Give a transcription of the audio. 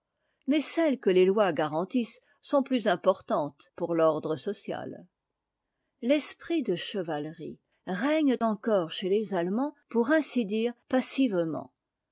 mais celles que les lois garantissent sont plus importantes pour l'ordre social l'esprit de chevalerie règne encore chez les allemands pour ainsi dire passivement